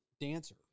dancer